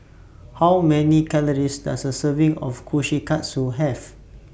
How Many Calories Does A Serving of Kushikatsu Have